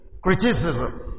Criticism